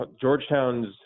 Georgetown's